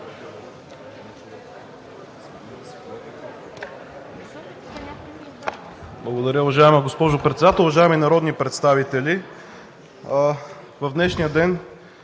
Благодаря, уважаема госпожо Председател. Уважаеми народни представители! В днешния ден